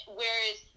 whereas